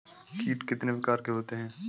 कीट कितने प्रकार के होते हैं?